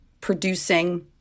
producing